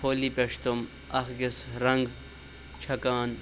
ہولی پٮ۪ٹھ چھِ تِم اَکھ أکِس رنٛگ چھَکان